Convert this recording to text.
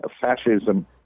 fascism